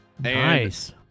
nice